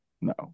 no